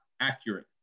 accurate